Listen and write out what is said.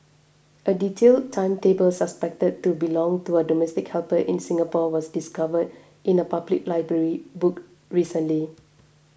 a detailed timetable suspected to belong to a domestic helper in Singapore was discovered in a public library book recently